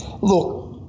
look